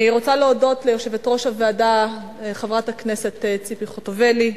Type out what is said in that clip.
אני רוצה להודות ליושבת-ראש הוועדה חברת הכנסת ציפי חוטובלי,